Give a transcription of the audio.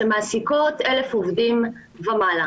שמעסיקות 1,000 עובדים ומעלה.